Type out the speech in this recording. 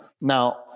Now